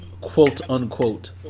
quote-unquote